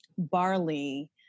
barley